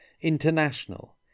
international